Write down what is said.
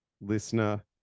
listener